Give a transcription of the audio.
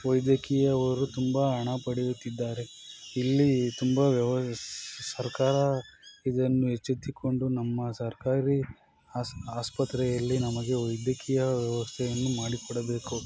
ವೈದ್ಯಕೀಯ ಅವರು ತುಂಬ ಹಣ ಪಡೆಯುತ್ತಿದ್ದಾರೆ ಇಲ್ಲಿ ತುಂಬ ವ್ಯವ ಸರ್ಕಾರ ಇದನ್ನು ಎಚ್ಚೆತ್ತುಕೊಂಡು ನಮ್ಮ ಸರ್ಕಾರಿ ಆಸ್ ಆಸ್ಪತ್ರೆಯಲ್ಲಿ ನಮಗೆ ವೈದ್ಯಕೀಯ ವ್ಯವಸ್ಥೆಯನ್ನು ಮಾಡಿಕೊಡಬೇಕು